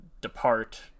depart